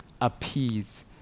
appease